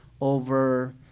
over